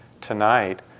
tonight